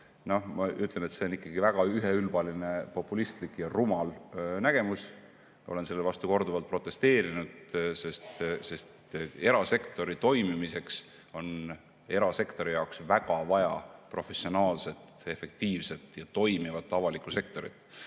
Ma ütlen, et see on ikkagi väga üheülbaline, populistlik ja rumal nägemus. Olen selle vastu korduvalt protesteerinud, sest erasektori toimimiseks on väga vaja professionaalset, efektiivset ja toimivat avalikku sektorit.